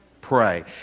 pray